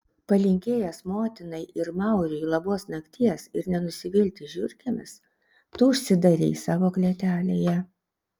palinkėjęs motinai ir mauriui labos nakties ir nenusivilti žiurkėmis tu užsidarei savo klėtelėje